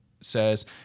says